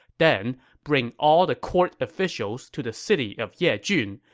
then bring all the court officials to the city of yejun,